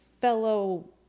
fellow